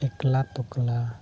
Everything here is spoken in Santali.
ᱮᱠᱞᱟ ᱫᱩᱠᱞᱟᱹ